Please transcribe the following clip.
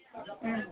ம்